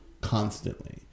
constantly